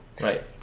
Right